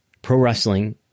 Pro-wrestling